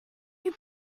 you